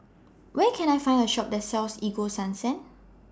Where Can I Find A Shop that sells Ego Sunsense